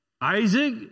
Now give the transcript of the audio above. Isaac